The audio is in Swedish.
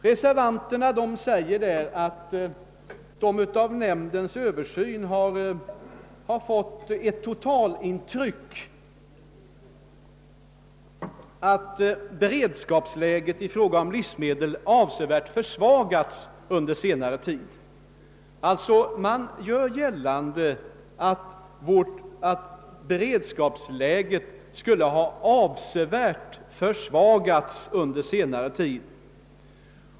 Reservanterna anför att de av jordbruksnämndens översyn fått det totalintrycket att beredskapsläget i fråga om livsmedel avsevärt försvagats under senare tid.